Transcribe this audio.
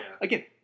Again